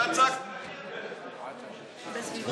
אתה צעקת הכי הרבה פה.